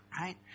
Right